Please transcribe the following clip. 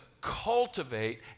cultivate